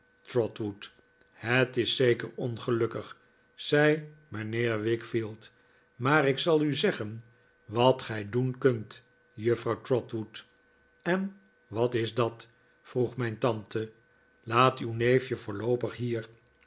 trotwood het is zeker ongelukkig zei mijnheer wickfield maar ik zal u zeggen wat gij doen kunt juffrouw trotwood en wat is dat vroeg mijn tante laat uw neefje voorloopig hier